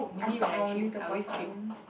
I talk wrongly to person